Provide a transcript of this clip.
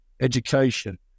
education